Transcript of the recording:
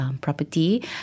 Property